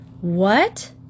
What